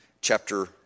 chapter